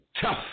tough